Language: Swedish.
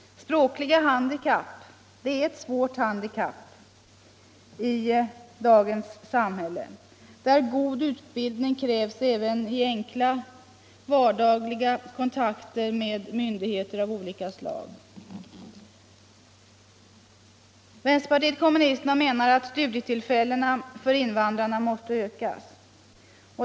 Språkliga hinder är ett svårt handikapp i dagens samhälle, där god utbildning krävs även i enkla, vardagliga kontakter med myndigheter av olika slag. Vänsterpartiet kommunisterna menar att studietillfällena för invandrarna måste ökas.